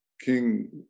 King